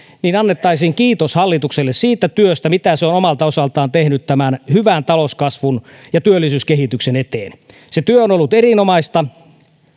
niin annettaisiin kiitos hallitukselle siitä työstä mitä se on omalta osaltaan tehnyt tämän hyvän talouskasvun ja työllisyyskehityksen eteen se työ on ollut erinomaista